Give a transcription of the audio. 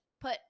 put